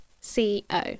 C-O